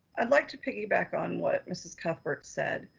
i'd like to piggyback on what mrs. cuthbert said,